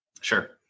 sure